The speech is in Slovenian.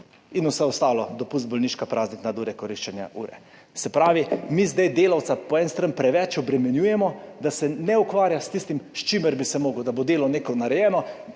in vse ostalo, dopust, bolniška, praznik, nadure, koriščenja ure. Se pravi, mi zdaj delavca po eni strani preveč obremenjujemo, da se ne ukvarja s tistim, s čimer bi se moral, da bo delal neko narejeno,